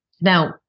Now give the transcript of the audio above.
Now